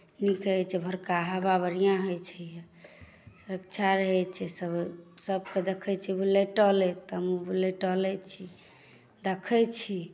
नीक होइत छै भोरका हवा बढ़िआँ होइत छै यए सुरक्षा रहैत छै सभ सभकेँ देखैत छियै बुलैत टहलैत हमहूँ बुलैत टहलैत छी देखैत छी